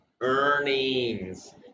earnings